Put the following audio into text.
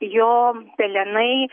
jo pelenai